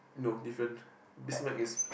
no different biz mag is